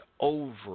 over